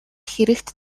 хэрэгт